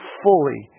fully